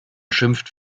schimpft